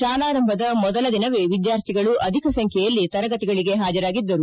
ಶಾಲಾರಂಭದ ಮೊದಲ ದಿನವೇ ವಿದ್ವಾರ್ಥಿಗಳು ಅಧಿಕ ಸಂಖ್ಯೆಯಲ್ಲಿ ತರಗತಿಗಳಿಗೆ ಹಾಜರಾಗಿದ್ದರು